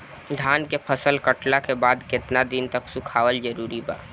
धान के फसल कटला के बाद केतना दिन तक सुखावल जरूरी बा?